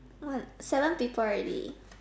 one seven people already